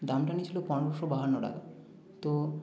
দামটা নিয়েছিলো পানেরোশো বাহান্ন টাকা তো